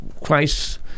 Christ